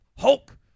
Hulk